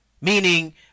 meaning